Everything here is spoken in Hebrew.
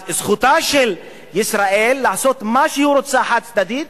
אז זכותה של ישראל לעשות מה שהיא רוצה חד-צדדית,